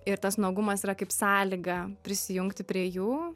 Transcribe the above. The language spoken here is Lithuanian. ir tas nuogumas yra kaip sąlyga prisijungti prie jų